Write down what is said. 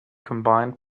combined